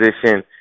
position